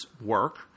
work